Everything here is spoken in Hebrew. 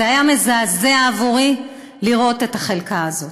היה מזעזע עבורי לראות את החלקה הזאת,